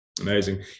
Amazing